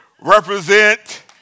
represent